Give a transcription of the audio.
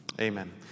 amen